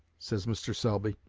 says mr. selby,